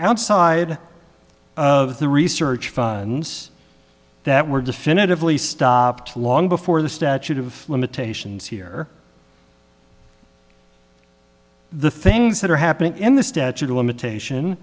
outside of the research funds that were definitively stopped long before the statute of limitations here the things that are happening in the statute of limitation